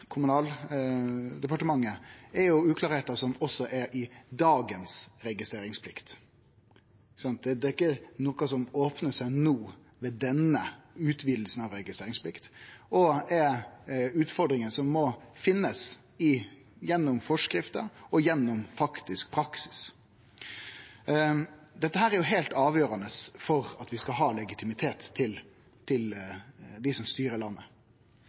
Kommunal- og moderniseringsdepartementet, er uklarheiter som også er i dagens registreringsplikt. Dette er ikkje noko som opnar seg no, ved denne utvidinga av registreringsplikta, det er utfordringar som må bli funne gjennom forskrifter og faktisk praksis. Dette er heilt avgjerande for at dei som styrer landet, skal ha legitimitet.